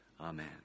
Amen